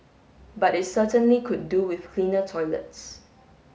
but it certainly could do with cleaner toilets